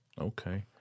Okay